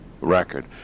Record